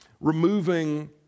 removing